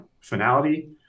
finality